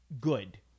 good